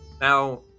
Now